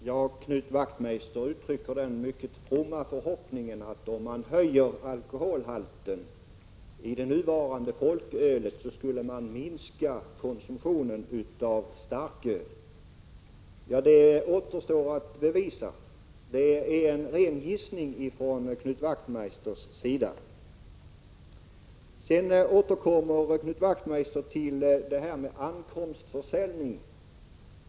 Herr talman! Knut Wachtmeister uttrycker den mycket fromma förhoppningen att om man höjer alkoholhalten i det nuvarande folkölet så skulle konsumtionen av starköl minska. Det återstår att bevisa. Det är en ren gissning från Knut Wachtmeisters sida. Sedan återkommer Knut Wachtmeister till förslaget om ankomstförsäljning.